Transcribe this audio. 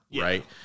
right